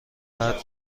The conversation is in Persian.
بعد